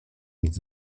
nic